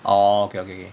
orh okay okay